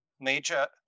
major